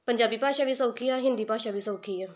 ਪੰਜਾਬੀ ਭਾਸ਼ਾ ਵੀ ਸੌਖੀ ਆ ਹਿੰਦੀ ਭਾਸ਼ਾ ਵੀ ਸੌਖੀ ਆ